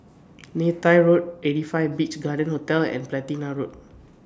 Neythai Road eighty five Beach Garden Hotel and Platina Road